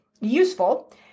useful